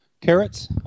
carrots